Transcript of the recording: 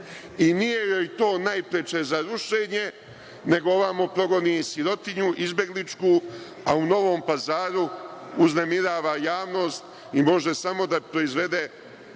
i nije joj to najpreče za rušenje, nego ovamo progoni sirotinju izbegličku, a u Novom Pazaru uznemirava javnost i može samo da proizvede